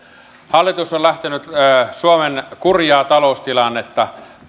hallitus on lähtenyt suomen kurjaa taloustilannetta